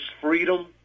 freedom